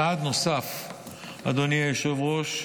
צעד נוסף שננקט, אדוני היושב-ראש,